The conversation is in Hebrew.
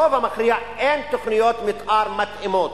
ברובם המכריע אין תוכניות מיתאר מתאימות.